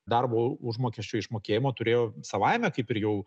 darbo užmokesčio išmokėjimo turėjo savaime kaip ir jau